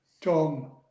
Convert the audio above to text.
Tom